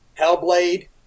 Hellblade